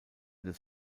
des